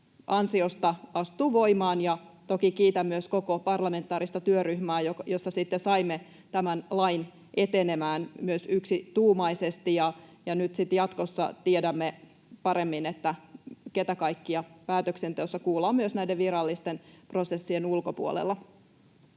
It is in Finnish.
ansiosta astuu voimaan. Toki kiitän myös koko parlamentaarista työryhmää, jossa sitten saimme tämän lain myös etenemään yksituumaisesti. Nyt sitten jatkossa tiedämme paremmin, keitä kaikkia päätöksenteossa kuullaan myös näiden virallisten prosessien ulkopuolella.